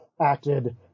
acted